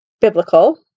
biblical